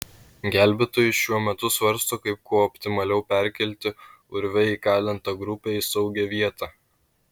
gelbėtojai šiuo metu svarsto kaip kuo optimaliau perkelti urve įkalintą grupę į saugią vietą